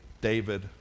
David